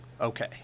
okay